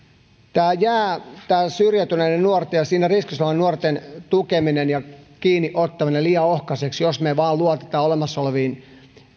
tämä syrjäytyneiden nuorten ja syrjäytymisen riskissä olevien nuorten tukeminen ja kiinniottaminen jää liian ohkaiseksi jos me luotamme vain nykyisiin olemassa oleviin